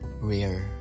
rare